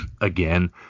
again